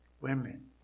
women